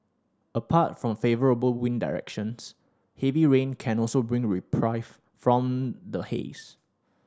apart from favourable wind directions heavy rain can also bring reprieve from the haze